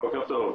בוקר טוב.